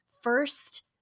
first